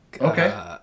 Okay